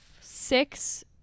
six